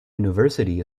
university